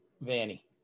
Vanny